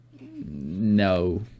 No